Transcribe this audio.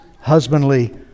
husbandly